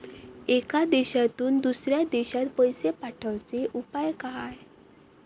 एका देशातून दुसऱ्या देशात पैसे पाठवचे उपाय काय?